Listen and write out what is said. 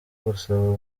gusa